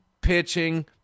pitching